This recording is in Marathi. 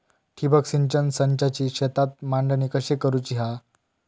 ठिबक सिंचन संचाची शेतात मांडणी कशी करुची हा?